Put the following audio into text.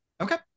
okay